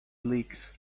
licks